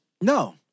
No